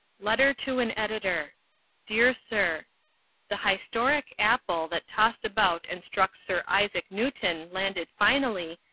letter to an editor dear sir the hystoric apple that tossed about and struck sir isaac newton landed finally,